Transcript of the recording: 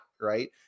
right